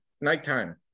nighttime